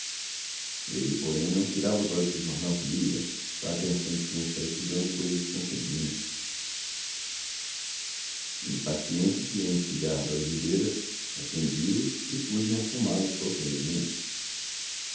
ele porém não tirava os olhos do jornal que lia com a atenção de quem está estudando coisas transcendentes impaciente tirei um cigarro da algibeira acendi o e pus-me a fumá lo sofregamente